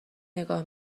نگاه